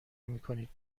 نمیکنید